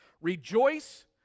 rejoice